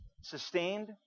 Sustained